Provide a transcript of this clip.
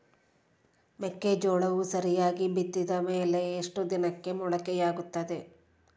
ಮೆಕ್ಕೆಜೋಳವು ಸರಿಯಾಗಿ ಬಿತ್ತಿದ ಮೇಲೆ ಎಷ್ಟು ದಿನಕ್ಕೆ ಮೊಳಕೆಯಾಗುತ್ತೆ?